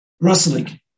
rustling